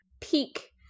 peak